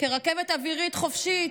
כרכבת אווירית חופשית,